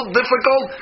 difficult